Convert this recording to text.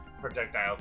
projectile